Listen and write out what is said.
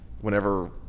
whenever